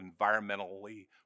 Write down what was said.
environmentally